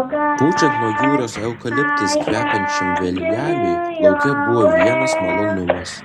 pučiant nuo jūros eukaliptais kvepiančiam vėjeliui lauke buvo vienas malonumas